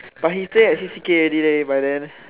but he stay at C_C_K already leh by then